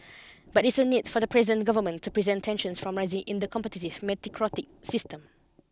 but it's a need for the present government to present tensions from rising in the competitive system